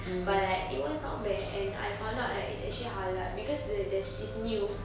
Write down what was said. but it was not bad and I found out that it's actually halal because the the s~ is new